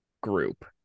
group